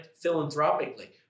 philanthropically